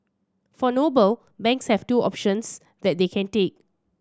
for Noble banks have two options that they can take